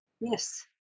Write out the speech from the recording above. Yes